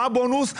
מה הבונוס?